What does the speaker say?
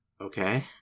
Okay